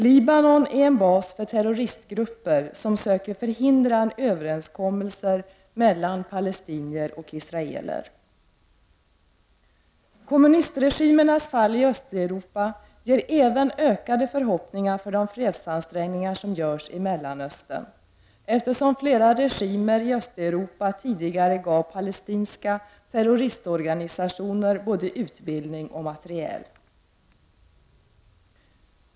Libanon är en bas för terroristgrupper som söker förhindra en överenskommelse mellan palestinier och israeler. Kommunistregimernas fall i Östeuropa ger även ökade förhoppningar för de fredsansträngningar som görs i Mellanöstern, eftersom flera regimer i Östeuropa tidigare gav palestinska terroristorganisationer både utbildning och materiel.